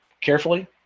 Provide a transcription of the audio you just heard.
carefully